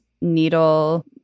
needle